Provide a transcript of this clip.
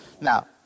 Now